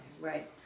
right